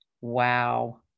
Wow